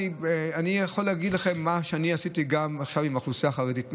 אני יכול להגיד לכם מה עשיתי עכשיו גם עם האוכלוסייה החרדית.